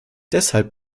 deshalb